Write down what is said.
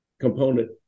component